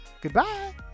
goodbye